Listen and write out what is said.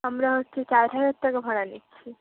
আমরা কি চার হাজার টাকা ভাড়া নিচ্ছি